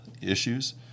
issues